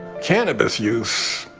cannabis use.